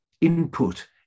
input